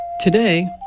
Today